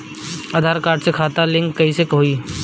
आधार card से खाता link कईसे होई?